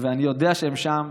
ואני יודע שהם שם,